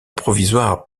provisoire